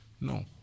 No